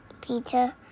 Peter